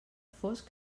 fosc